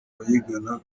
abayigana